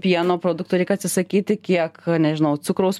pieno produktų reik atsisakyti kiek nežinau cukraus